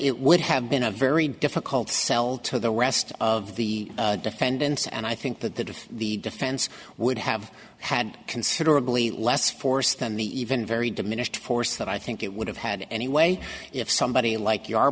it would have been a very difficult sell to the rest of the defendants and i think that that if the defense would have had considerably less force than the even very diminished force that i think it would have had anyway if somebody like